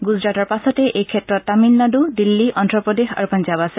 গুজৰাটৰ পাছতে এইক্ষেত্ৰত তামিলনাডু দিল্লী অভ্ৰপ্ৰদেশ আৰু পঞ্জাব আছে